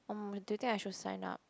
um do you think I should sign up